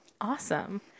Awesome